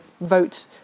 vote